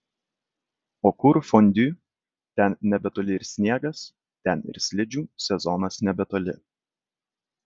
o kur fondiu ten nebetoli ir sniegas ten ir slidžių sezonas nebetoli